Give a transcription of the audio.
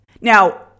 Now